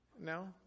No